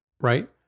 right